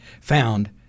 found